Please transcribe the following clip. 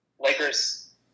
Lakers